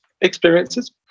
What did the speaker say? experiences